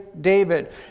David